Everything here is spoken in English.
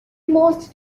most